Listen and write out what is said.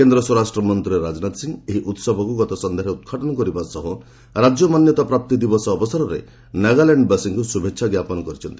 କେନ୍ଦ୍ର ସ୍ୱରାଷ୍ଟ୍ରମନ୍ତ୍ରୀ ରାଜନାଥ ସିଂ ଏହି ଉତ୍ସବକୁ ଗତସନ୍ଧ୍ୟାରେ ଉଦ୍ଘାଟନ କରିବା ସହ ରାଜ୍ୟ ମାନ୍ୟତା ପ୍ରାପ୍ତି ଦିବସ ଅବସରରେ ନାଗାଲାଣ୍ଡବାସୀଙ୍କୁ ଶୁଭେଚ୍ଛା ଜ୍ଞାପନ କରିଛନ୍ତି